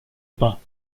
pas